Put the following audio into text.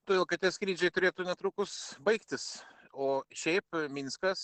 todėl kad tie skrydžiai turėtų netrukus baigtis o šiaip minskas